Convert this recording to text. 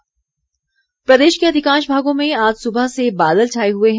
मौसम प्रदेश के अधिकांश भागों में आज सुबह से बादल छाए हुए हैं